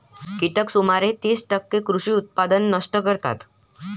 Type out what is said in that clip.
कीटक सुमारे तीस टक्के कृषी उत्पादन नष्ट करतात